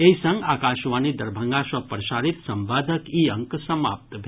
एहि संग आकाशवाणी दरभंगा सँ प्रसारित संवादक ई अंक समाप्त भेल